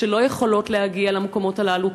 שלא יכולות להגיע למקומות הללו,